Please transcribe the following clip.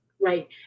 right